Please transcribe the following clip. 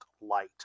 Light